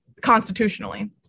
constitutionally